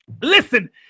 Listen